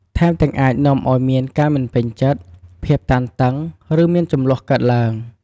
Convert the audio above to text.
ថែមទាំងអាចនាំឱ្យមានការមិនពេញចិត្ត ភាពតានតឹង ឬមានជម្លោះកើតឡើង។